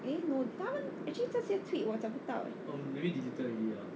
eh no actually 这些 tweet 我找不到 leh